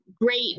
great